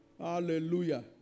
hallelujah